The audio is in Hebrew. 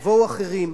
יבואו אחרים.